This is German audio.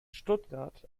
stuttgart